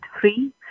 free